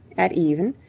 at even,